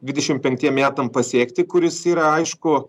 dvidešim penktiem metam pasiekti kuris yra aišku